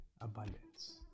abundance